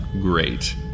great